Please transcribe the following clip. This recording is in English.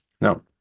No